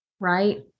Right